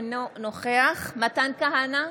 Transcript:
אינו נוכח מתן כהנא,